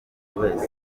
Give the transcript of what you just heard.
wese